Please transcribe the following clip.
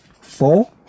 Four